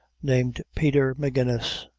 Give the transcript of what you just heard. named peter magennis,